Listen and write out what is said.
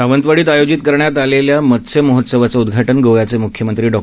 सावंतवाडीत आयोजित करण्यात आलेल्या मत्स्य महोत्सवाचं उदघाटन गोव्याचे मुख्यमंत्री डॉ